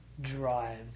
drive